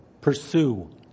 pursue